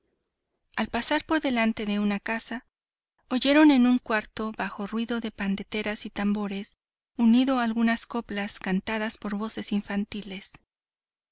al pasar por delante de una casa oyeron en un cuarto bajo ruido de panderetas y tambores unido a algunas coplas cantadas por voces infantiles